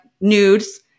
nudes